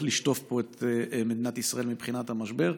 לשטוף פה את מדינת ישראל מבחינת המשבר,